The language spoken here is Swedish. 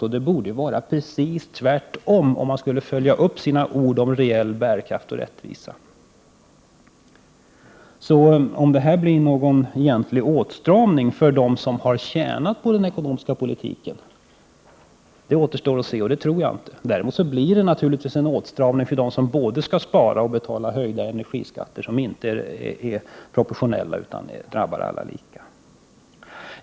Och det borde ju vara precis tvärtom, om man skulle följa upp sina ord om reell bärkraft och rättvisa. Om det här blir någon egentlig åtstramning för dem som har tjänat på den ekonomiska politiken, det återstår att se — och det tror jag inte. Däremot blir det naturligtvis en åtstramning för dem som både skall spara och betala höjda energiskatter som inte är proportionella utan drabbar alla lika.